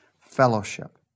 Fellowship